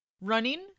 running